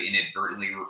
inadvertently